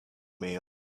meal